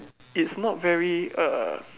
it's not very err